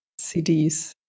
CDs